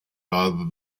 rather